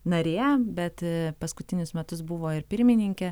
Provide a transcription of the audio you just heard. narė bet paskutinius metus buvo ir pirmininke